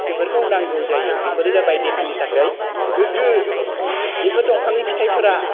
बेफोरखौ नांगौ जायो बेफोरो जाबाय देहानि थाखाय गोग्गो बेफोर दंफांनि फिथाइफोरा